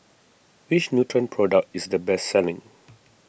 which Nutren product is the best selling